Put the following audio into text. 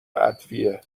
ادویه